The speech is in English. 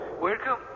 Welcome